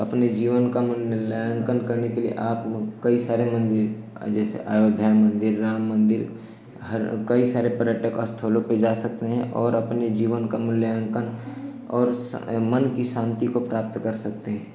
अपने जीवन का मूल्यांकन करने के लिए आप कई सारे मन्दिर जैसे अयोध्या मन्दिर राम मन्दिर हर कई सारे पर्यटक स्थलों पर जा सकते हैं और अपने जीवन का मूल्यांकन और एवं मन की शान्ति को प्राप्त कर सकते हैं